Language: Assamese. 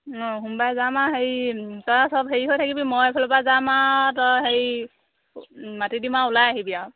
অঁ সোমবাৰে যাম হেৰি তই চব হেৰি হৈ থাকিবি মই এইফালৰ পৰা যাম আ তই হেৰি মাতি দিম আ ওলাই আহিবি আৰু